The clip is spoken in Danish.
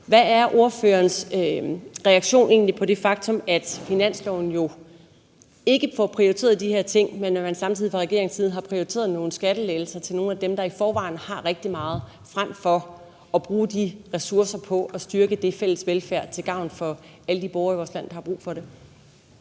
Hvad er ordførerens reaktion egentlig på det faktum, at finansloven jo ikke får prioriteret de her ting, men at man samtidig fra regeringens side har prioriteret nogle skattelettelser til nogle af dem, der i forvejen har rigtig meget, frem for at bruge de ressourcer på at styrke den fælles velfærd til gavn for alle de borgere i vores land, der har brug for det?